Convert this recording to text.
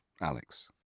Alex